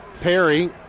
Perry